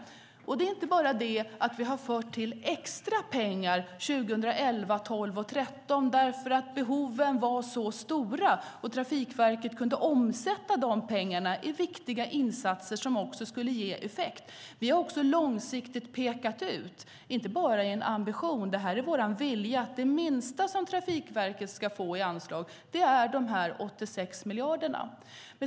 Det är inte bara det att vi har tillfört extra pengar 2011, 2012 och 2013 därför att behoven var så stora och Trafikverket kunde omsätta de pengarna i viktiga insatser som också skulle ge effekt, utan vi har också långsiktigt pekat ut - inte bara i en ambition, utan det är vår vilja - att det minsta som Trafikverket ska få i anslag är de 86 miljarderna.